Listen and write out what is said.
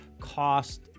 cost